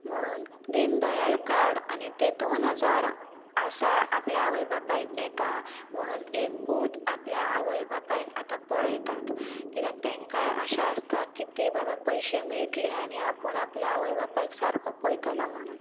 म्हणून दिन दयाल कार्ड आनी ते दोन हजार आसा आपल्या आवय बापायक येता म्हुणून एक पूत आपल्या आवय बापायक आतां पळयतात कित्याक तेंकांय आशा आसता की ते बाबा पयशे मेळट्ले आनी आपूण आपल्या आवय बापायक सारको पयतलो म्हणून